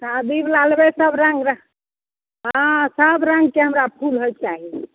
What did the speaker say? शादी बला लेबै सब रङ्ग हँ सब रङ्गके हमरा फूल होइके चाही